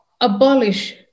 abolish